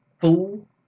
Fool